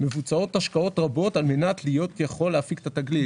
מבוצעות השקעות רבות כדי להיות יכול להפיק את התגלית.